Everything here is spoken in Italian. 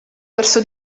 verso